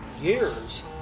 years